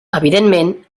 evidentment